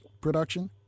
production